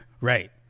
right